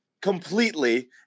completely